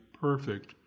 perfect